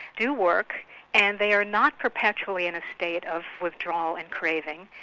do work and they are not perpetually in a state of withdrawal and craving.